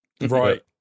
Right